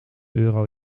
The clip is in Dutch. euro